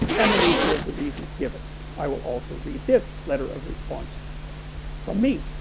and the nature of the reasons given i will also read this letter of response from me.